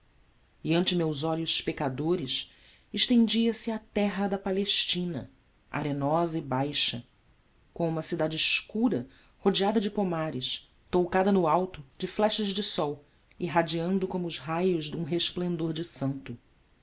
e ante meus olhos pecadores estendia-se a terra da palestina arenosa e baixa com uma cidade escura rodeada de pomares toucada no alto de flechas de sol irradiando como os raios de um resplendor de santo